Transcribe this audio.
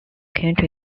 county